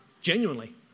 genuinely